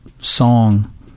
song